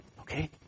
Okay